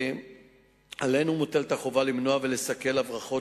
עלינו מוטלת החובה למנוע ולסכל הברחות